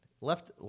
left